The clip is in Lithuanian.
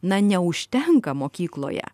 na neužtenka mokykloje